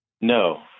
No